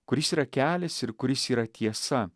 kuris yra kelias ir kuris yra tiesa